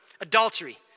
adultery